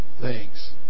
thanks